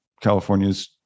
california's